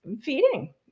feeding